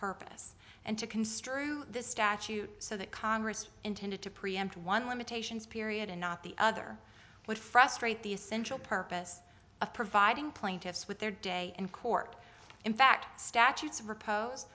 purpose and to construe the statute so that congress intended to preempt one limitations period and not the other would frustrate the essential purpose of providing plaintiffs with their day in court in fact statutes of repose